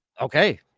Okay